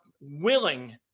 willing